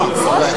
כל הזבל.